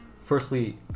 Firstly